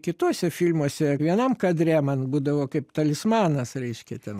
kituose firmose vienam kadre man būdavo kaip talismanas reiškia ten